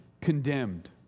condemned